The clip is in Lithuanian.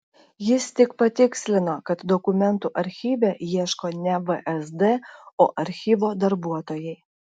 jis tik patikslino kad dokumentų archyve ieško ne vsd o archyvo darbuotojai